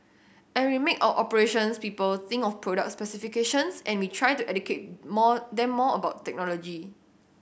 and we make our operations people think of product specifications and we try to educate more then more about technology